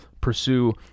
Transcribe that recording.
pursue